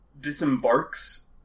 disembarks